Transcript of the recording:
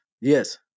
yes